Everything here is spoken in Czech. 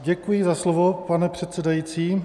Děkuji za slovo, pane předsedající.